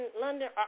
London